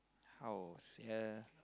how sia